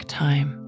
time